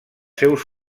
seus